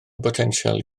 botensial